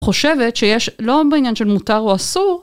חושבת, שיש לא בעניין של מותר או אסור.